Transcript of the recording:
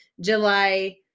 July